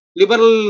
liberal